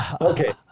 Okay